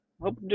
Hope